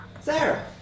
Sarah